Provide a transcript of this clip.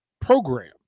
program